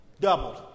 Doubled